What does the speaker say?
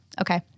Okay